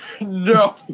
No